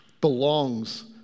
belongs